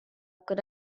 could